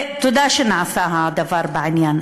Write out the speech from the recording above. ותודה שנעשה הדבר בעניין,